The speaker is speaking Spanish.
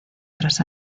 tras